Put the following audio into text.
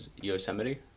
Yosemite